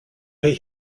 pay